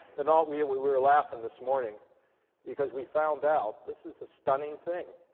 and all, we were we were laughing this morning because we found out, this is a stunning thing,